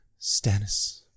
Stannis